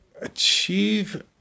achieve